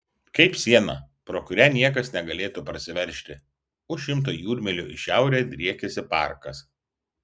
kaip siena pro kurią niekas negalėtų prasiveržti už šimto jūrmylių į šiaurę driekiasi parkas